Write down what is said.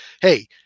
hey